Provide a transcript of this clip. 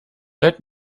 let